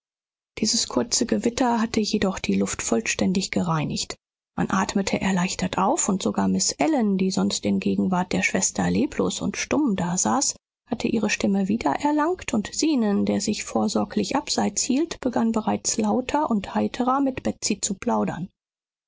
dieses kurze gewitter hatte jedoch die luft vollständig gereinigt man atmete erleichtert auf und sogar miß ellen die sonst in gegenwart der schwester leblos und stumm dasaß hatte ihre stimme wieder erlangt und zenon der sich vorsorglich abseits hielt begann bereits lauter und heiterer mit betsy zu plaudern